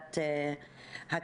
בוקר טוב לכולם,